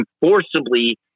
forcibly